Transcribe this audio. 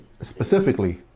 specifically